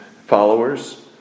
followers